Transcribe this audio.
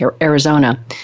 Arizona